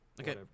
Okay